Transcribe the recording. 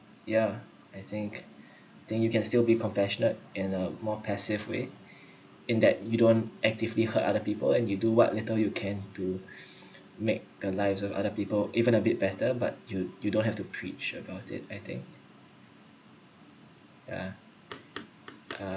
yeah I think think you can still be compassionate and uh more passive way in that you don't actively hurt other people and you do what little you can to make the lives of other people even a bit better but you you don't have to preach about it I think uh